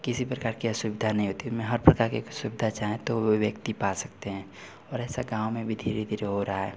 किसी प्रकार की असुविधा नहीं होती हमें हर प्रकार की सुविधाएं चाहे तो वह व्यक्ति पा सकते हैं और ऐसा गाँव में भी धीरे धीरे हो रहा है